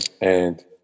and-